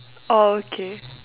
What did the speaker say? orh okay